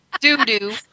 doo-doo